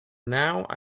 now